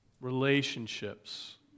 Relationships